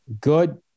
good